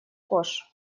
кош